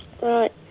Right